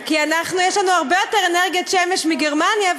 כי יש לנו הרבה יותר אנרגיית שמש מאשר לגרמניה,